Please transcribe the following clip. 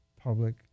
public